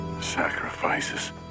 Sacrifices